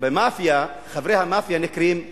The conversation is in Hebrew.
במאפיה חברי המאפיה נקראים גנגסטרים.